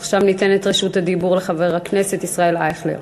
עכשיו ניתן את רשות הדיבור לחבר הכנסת ישראל אייכלר.